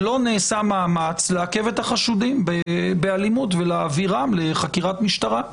שלא נעשה מאמץ לעכב את החשודים באלימות ולהעבירם לחקירת משטרה.